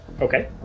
Okay